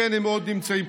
כן, הם מאוד נמצאים פה.